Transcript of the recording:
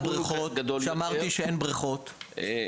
הבריכות אמרתי שאין מספיק בריכות מותאמות.